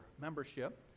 membership